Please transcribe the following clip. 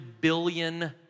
billion